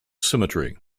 symmetry